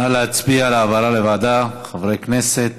נא להצביע על העברה לוועדה, חברי הכנסת.